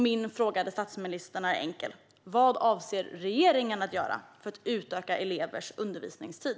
Min fråga till statsministern är enkel: Vad avser regeringen att göra för att utöka elevers undervisningstid?